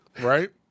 Right